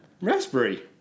Raspberry